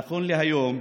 נכון להיום,